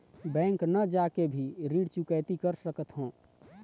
Bank न जाके भी ऋण चुकैती कर सकथों?